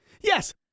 Yes